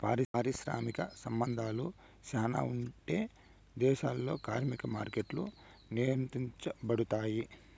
పారిశ్రామిక సంబంధాలు శ్యానా ఉండే దేశాల్లో కార్మిక మార్కెట్లు నియంత్రించబడుతాయి